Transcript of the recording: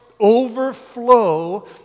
overflow